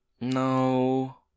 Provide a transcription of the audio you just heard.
No